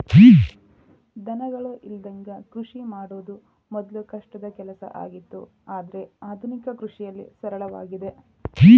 ದನಗಳ ಇಲ್ಲದಂಗ ಕೃಷಿ ಮಾಡುದ ಮೊದ್ಲು ಕಷ್ಟದ ಕೆಲಸ ಆಗಿತ್ತು ಆದ್ರೆ ಆದುನಿಕ ಕೃಷಿಯಲ್ಲಿ ಸರಳವಾಗಿದೆ